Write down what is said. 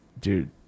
dude